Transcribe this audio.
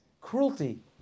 cruelty